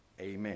Amen